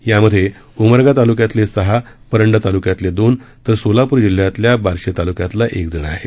यामध्ये उमरगा तालुक्यातले सहा परंडा तालुक्यातले दोन तर सोलापूर जिल्हयातल्या बार्शी तालुक्यातला एक जण आहे